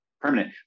permanent